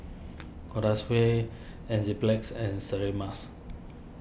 Enzyplex and Sterimars